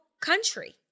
country